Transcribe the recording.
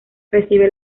recibe